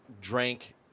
drank